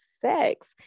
sex